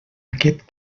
aquest